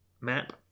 Map